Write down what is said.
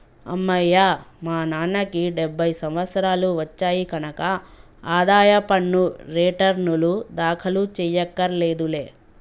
అమ్మయ్యా మా నాన్నకి డెబ్భై సంవత్సరాలు వచ్చాయి కనక ఆదాయ పన్ను రేటర్నులు దాఖలు చెయ్యక్కర్లేదులే